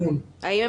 האם הם